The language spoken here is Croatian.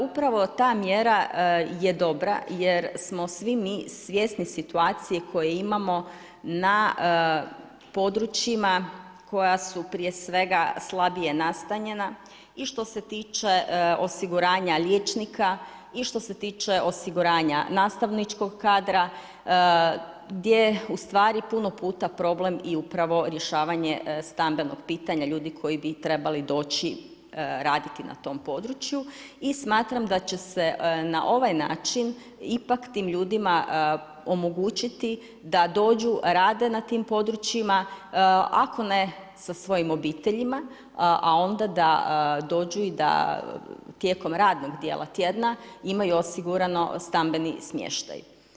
Upravo ta mjera je dobra jer smo svi mi svjesni situacije koje imamo na područjima koja su prije svega slabije nastanjena i što se tiče osiguranja liječnika i što se tiče osiguranja nastavničkog kadra, gdje je ustvari puno puta problem i u pravo rješavanje stambenog pitanja ljudi koji bi trebali doći raditi na tom području i smatram da će se na ovaj način ipak tim ljudima omogućiti da dođu, rade na tim područjima ako ne sa svojim obiteljima, a onda da, dođu i da tijekom radnog djela tjedna, imaju osigurani stambeni smještaj.